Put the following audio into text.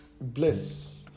bliss